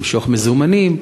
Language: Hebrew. למשוך מזומנים,